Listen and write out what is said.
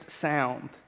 sound